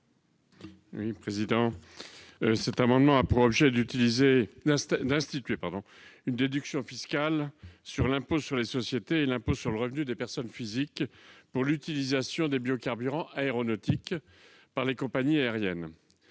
Cuypers. Cet amendement a pour objet d'instituer une déduction fiscale de 40 % sur l'impôt sur les sociétés (IS) et l'impôt sur le revenu des personnes physiques (IRPP) pour l'utilisation des biocarburants aéronautiques par les compagnies aériennes.